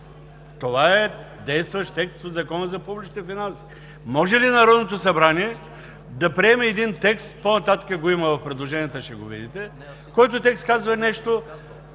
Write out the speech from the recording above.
Това е действащ текст от Закона за публичните финанси. Може ли Народното събрание да приеме един текст – по-нататък го има в предложенията, ще го видите, който текст казва нещо